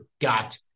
got